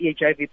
HIV